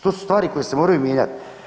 To su stvari koje se moraju mijenjati.